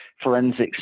Forensics